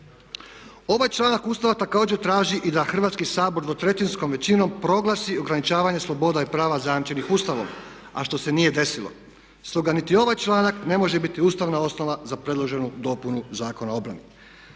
Ovaj članak Ustava također traži i da Hrvatski sabor dvotrećinskom većinom proglasi ograničavanje sloboda i prava zajamčenih Ustavom, a što se nije desilo. Stoga niti ovaj članak ne može biti Ustavna osnova za predloženu dopunu Zakona o obrani.